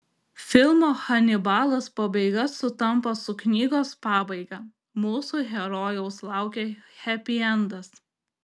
filmo hanibalas pabaiga sutampa su knygos pabaiga mūsų herojaus laukia hepiendas